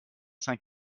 cinq